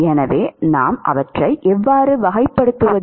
எனவே நாம் அவற்றை எவ்வாறு வகைப்படுத்துவது